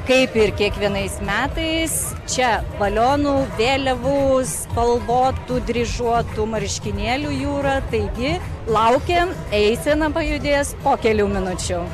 kaip ir kiekvienais metais čia balionų vėliavų spalvotų dryžuotų marškinėlių jūra taigi laukiam eisena pajudės po kelių minučių